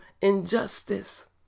injustice